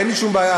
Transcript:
אין לי שום בעיה,